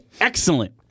excellent